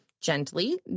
gently